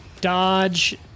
dodge